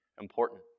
important